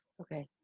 okay